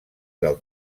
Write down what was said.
del